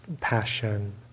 passion